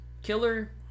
Killer